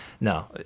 no